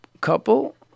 couple